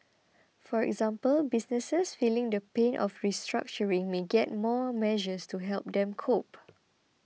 for example businesses feeling the pain of restructuring may get more measures to help them cope